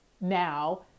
Now